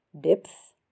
depth